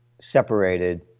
separated